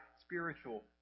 spiritual